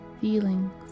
feelings